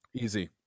Easy